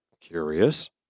Curious